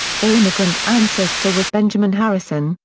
their immigrant ancestor was benjamin harrison,